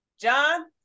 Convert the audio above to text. John